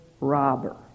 robber